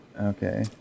okay